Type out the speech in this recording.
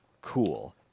cool